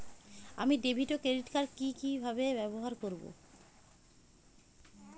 আমি ডেভিড ও credit card কি কিভাবে ব্যবহার করব?